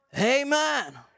Amen